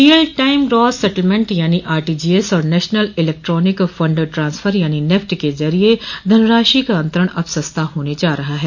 real time gross settlement यानी RTGS और national electronic fund transfer यानी नेफ्ट के जरिए धनराशि का अंतरण अब सस्ता होने जा रहा है